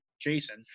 Jason